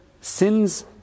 sins